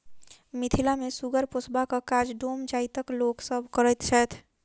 मिथिला मे सुगर पोसबाक काज डोम जाइतक लोक सभ करैत छैथ